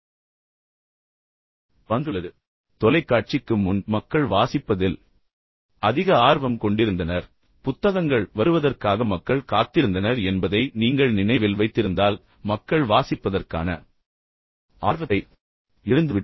எனவே என்ன நடந்தது என்றால் தொலைக்காட்சிக்கு முன் மக்கள் வாசிப்பதில் அதிக ஆர்வம் கொண்டிருந்தனர் புத்தகங்கள் வருவதற்காக மக்கள் காத்திருந்தனர் என்பதை நீங்கள் நினைவில் வைத்திருந்தால் மக்கள் வாசிப்பதற்கான ஆர்வத்தை இழந்துவிட்டனர்